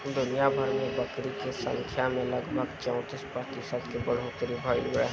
दुनियाभर में बकरी के संख्या में लगभग चौंतीस प्रतिशत के बढ़ोतरी भईल रहे